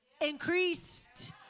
increased